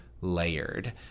layered